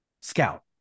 Scout